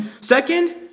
Second